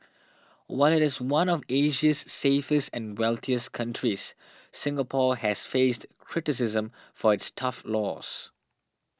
while it is one of Asia's safest and wealthiest countries Singapore has faced criticism for its tough laws